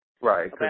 Right